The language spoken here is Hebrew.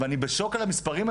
ואני בשוק מהמספרים.